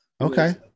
Okay